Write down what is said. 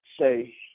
say